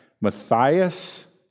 Matthias